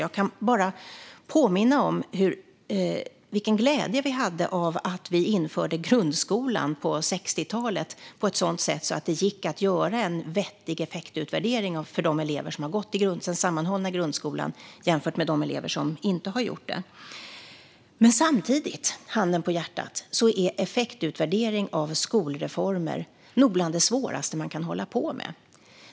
Jag kan bara påminna om vilken glädje vi hade av att vi införde grundskolan på 60-talet på ett sådant sätt att det gick att göra en vettig effektutvärdering för de elever som har gått i den sammanhållna grundskolan jämfört med de elever som inte har gjort det. Samtidigt, handen på hjärtat, är effektutvärdering av skolreformer nog bland det svåraste man kan hålla på med.